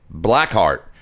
Blackheart